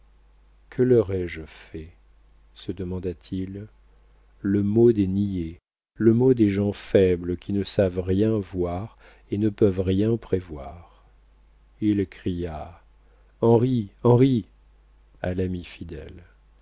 que leur ai-je fait se demanda-t-il le mot des niais le mot des gens faibles qui ne savent rien voir et ne peuvent rien prévoir il cria henri henri à l'ami fidèle